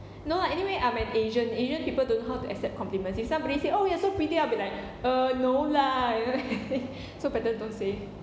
no anyway I'm an asian asian people don't know how to accept compliments if somebody say oh you're so pretty I will be like err no lah you know so better don't say